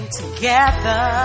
together